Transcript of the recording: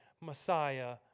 Messiah